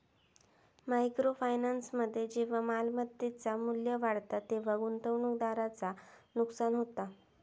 micro फायनान्समध्ये जेव्हा मालमत्तेचा मू्ल्य वाढता तेव्हा गुंतवणूकदाराचा नुकसान होता